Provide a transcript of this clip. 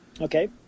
okay